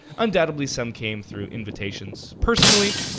undoubtedly, some came through invitations personally.